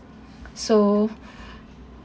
so